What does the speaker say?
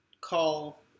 call